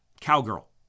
cowgirl